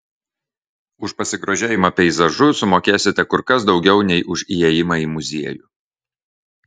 už pasigrožėjimą peizažu sumokėsite kur kas daugiau nei už įėjimą į muziejų